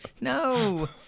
No